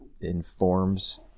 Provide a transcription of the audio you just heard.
informs